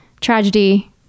tragedy